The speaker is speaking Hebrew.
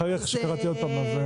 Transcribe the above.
אחר כך כשקראתי עוד פעם.